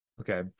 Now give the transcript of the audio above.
Okay